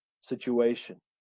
situation